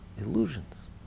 illusions